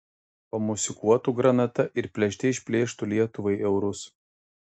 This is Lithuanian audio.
pamosikuotų granata ir plėšte išplėštų lietuvai eurus